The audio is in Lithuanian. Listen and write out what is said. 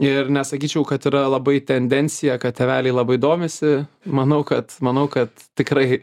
ir nesakyčiau kad yra labai tendencija kad tėveliai labai domisi manau kad manau kad tikrai